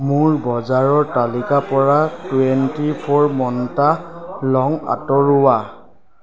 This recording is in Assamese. মোৰ বজাৰৰ তালিকাৰ পৰা টুৱেণ্টি ফ'ৰ মন্ত্ৰা লং আঁতৰোৱা